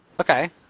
Okay